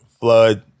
flood